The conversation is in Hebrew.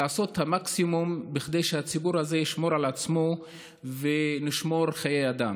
לעשות את המקסימום כדי שהציבור הזה ישמור על עצמו ונשמור על חיי אדם.